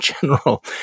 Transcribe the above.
general